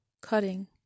cutting